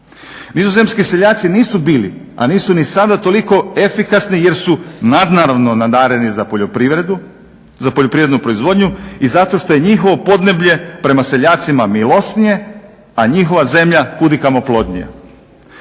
Nizozemski seljaci nisu bili, a nisu ni sada toliko efikasni jer su nadnaravno nadareni za poljoprivrednu proizvodnju i zato što je njihovo podneblje prema seljacima milosnije, a njihova zemlja kudikamo plodnija.